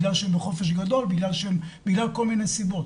בגלל שהם בחופש גדול ובגלל כל מיני סיבות?